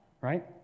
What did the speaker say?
right